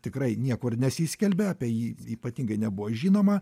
tikrai niekur nesiskelbia apie jį ypatingai nebuvo žinoma